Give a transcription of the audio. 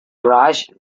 garage